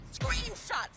screenshots